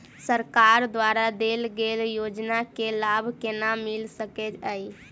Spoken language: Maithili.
सरकार द्वारा देल गेल योजना केँ लाभ केना मिल सकेंत अई?